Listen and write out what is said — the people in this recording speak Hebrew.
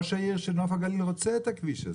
ראש עיריית נוף הגליל רוצה את הכביש הזה.